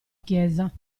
chiesa